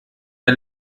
der